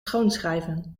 schoonschrijven